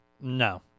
No